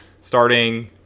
Starting